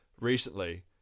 recently